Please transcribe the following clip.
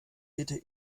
bitte